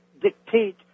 dictate